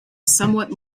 somewhat